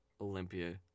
Olympia